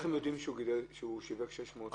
הם יודעים שהוא שיווק 600,000 ביצים?